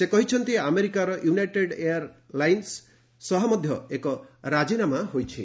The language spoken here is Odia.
ସେ କହିଛନ୍ତି ଆମେରିକାର ୟୁନାଇଟେଡ୍ ଏୟାର୍ ଲାଇନ୍ସ ସହ ମଧ୍ୟ ଏକ ରାଜିନାମା ହୋଇଛି